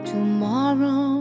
Tomorrow